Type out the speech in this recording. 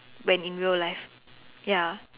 when in real life ya